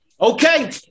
Okay